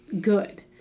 good